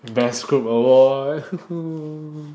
best group award